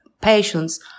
patients